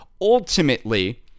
ultimately